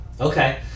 Okay